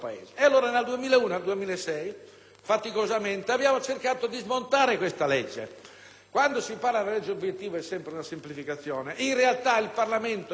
faticosamente abbiamo cercato di smontare questa legge. Quando si parla di legge obiettivo si fa sempre una semplificazione, perché in realtà il Parlamento in quei cinque anni approvò tre leggi